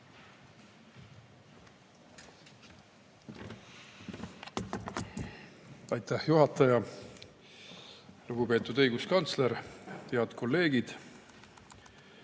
Aitäh, juhataja! Lugupeetud õiguskantsler! Head kolleegid!